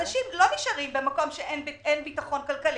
אנשים לא נשארים במקום שאין בו ביטחון כלכלי.